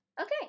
Okay